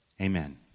amen